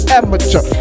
amateur